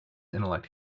intellect